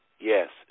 Yes